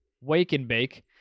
wake-and-bake